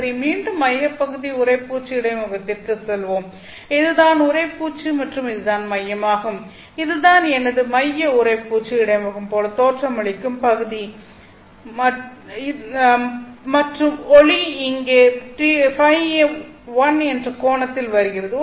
சரி மீண்டும் மையப்பகுதி உறைப்பூச்சு இடைமுகத்திற்குச் செல்வோம் இது தான் உறைப்பூச்சு மற்றும் இது தான் மையமாகும் இது தான் எனது மைய உறைப்பூச்சு இடைமுகம் போல தோற்றமளிக்கும் பகுதி மற்றும் ஒளி இங்கே Ø1 என்ற கோணத்தில் வருகிறது